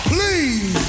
Please